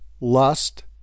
lust